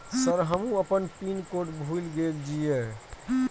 Sir हमू अपना pin code भूल गेल जीये?